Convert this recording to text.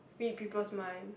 read people's mind